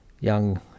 young